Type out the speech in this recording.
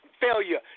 failure